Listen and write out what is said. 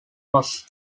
cross